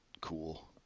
cool